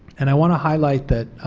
and i want to highlight that